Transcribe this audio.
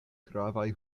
gravaj